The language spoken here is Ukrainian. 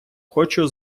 хочу